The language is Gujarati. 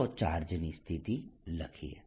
ચાલો ચાર્જની સ્થિતિ લખીએ